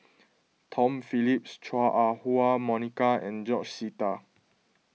Tom Phillips Chua Ah Huwa Monica and George Sita